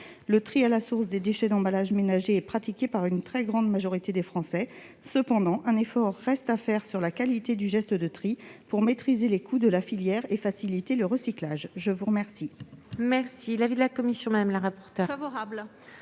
Le tri à la source des déchets d'emballages ménagers est pratiqué par une très grande majorité de Français. Cependant, un effort reste à faire sur la qualité du geste de tri pour maîtriser les coûts de la filière et faciliter le recyclage. Quel est l'avis de la commission ? Favorable.